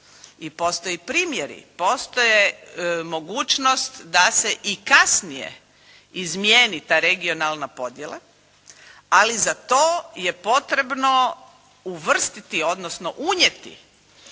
i postoji primjeri, postoji mogućnost da se i kasnije izmijeni ta regionalna podjela ali za to je potrebno uvrstiti odnosno unijeti